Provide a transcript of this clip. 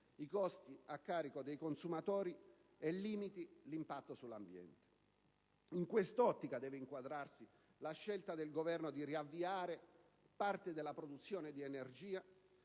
i costi a carico dei consumatori e limiti l'impatto sull'ambiente. In quest'ottica deve inquadrarsi la scelta del Governo di riavviare parte della produzione di energia